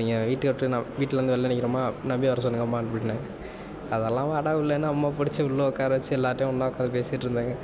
நீங்கள் வீட்டை விட்டு ந வீட்டில வந்து வெளியே நிற்கிறேம்மா நபியை வர சொல்லுங்கம்மான்னு சொன்னேன் அதெல்லாம் வாடா உள்ளன்னு அம்மா பிடிச்சு உள்ள உட்கார வச்சு எல்லார்கிடையும் ஒன்றா உட்காந்து பேசிட்டு இருந்தாங்கள்